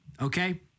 okay